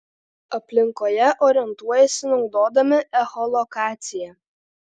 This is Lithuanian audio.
aplinkoje orientuojasi naudodami echolokaciją